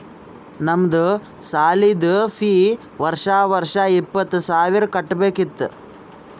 ನಮ್ದು ಸಾಲಿದು ಫೀ ವರ್ಷಾ ವರ್ಷಾ ಇಪ್ಪತ್ತ ಸಾವಿರ್ ಕಟ್ಬೇಕ ಇತ್ತು